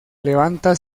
levanta